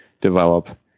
develop